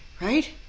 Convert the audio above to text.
right